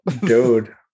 Dude